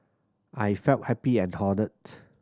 I felt happy and honoured